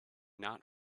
not